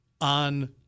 on